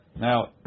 Now